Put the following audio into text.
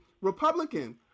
Republican